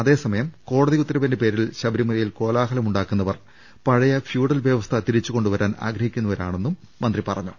അതേസമയം കോട്ടതിയുത്തരവിന്റെ പേരിൽ ശബരിമലയിൽ കോലാഹലമുണ്ടാക്കുന്നവർ പഴയ ഫ്യൂഡൽ വൃവസ്ഥ തിരിച്ചുകൊണ്ടുവരാൻ ആഗ്രഹിക്കുന്നവരാണെന്നും മന്ത്രി പറഞ്ഞു